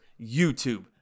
YouTube